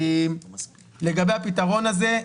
לגבי הפתרון הזה,